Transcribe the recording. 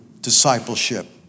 discipleship